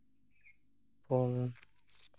ᱯᱩᱱ